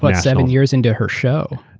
but seven years into her show.